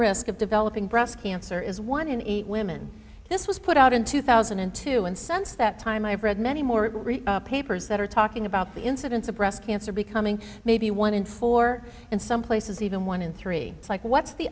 risk of developing breast cancer is one in eight women this was put out in two thousand and two and sense that time i've read many more papers that are talking about the incidence of breast cancer becoming maybe one in four in some places even one in three it's like what's the